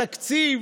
התקציב